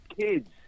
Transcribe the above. Kids